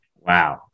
Wow